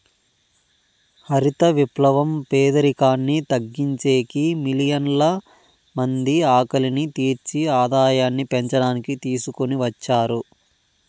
హరిత విప్లవం పేదరికాన్ని తగ్గించేకి, మిలియన్ల మంది ఆకలిని తీర్చి ఆదాయాన్ని పెంచడానికి తీసుకొని వచ్చారు